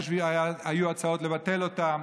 היו הצעות לבטל אותם,